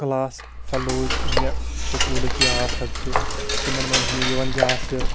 class fellows یِم مےٚ سکوٗلٕکۍ یار حظ چھِ تِمَن منٛز چھُ مےٚ یِوان یاسِر